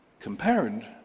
compared